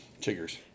chiggers